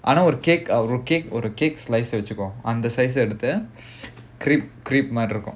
ஆனா ஒரு:aanaa oru cake ஒரு:oru cake ஒரு:oru cake slice வச்சிக்கோ அந்த:vachikko andha size எடுத்தேன்:eduthaen crepe crepe மாதிரி இருக்கும்:maadhiri irukkum